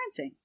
parenting